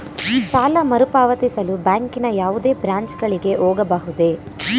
ಸಾಲ ಮರುಪಾವತಿಸಲು ಬ್ಯಾಂಕಿನ ಯಾವುದೇ ಬ್ರಾಂಚ್ ಗಳಿಗೆ ಹೋಗಬಹುದೇ?